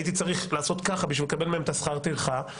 הייתי צריך לעשות ככה בשביל לקבל מהם את שכר הטרחה,